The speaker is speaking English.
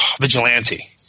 vigilante